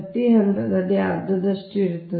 ಪ್ರತಿ ಹಂತದಲ್ಲಿ ಅರ್ಧದಷ್ಟು ಇರುತ್ತದೆ